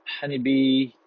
Honeybee